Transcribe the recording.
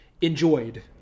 enjoyed